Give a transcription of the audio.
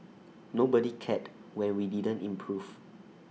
nobody cared when we didn't improve